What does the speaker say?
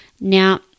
Now